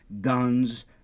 guns